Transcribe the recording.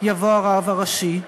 יבוא "הרב הראשי".